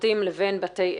פרטים לבין בתי עסק.